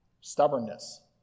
stubbornness